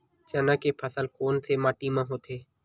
चना के फसल कोन से माटी मा होथे?